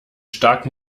stark